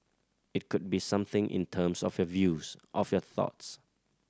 it could be something in terms of your views of your thoughts